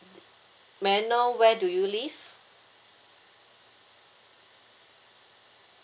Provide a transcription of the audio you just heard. may I know where do you live